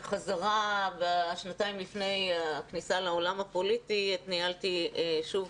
שנתיים לפני הכניסה לעולם הפוליטי ניהלתי שוב